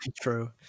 true